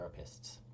therapists